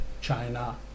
China